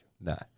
No